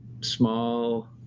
small